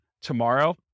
tomorrow